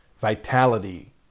vitality